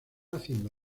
haciendo